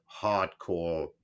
hardcore